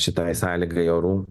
šitai sąlygai orų